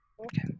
okay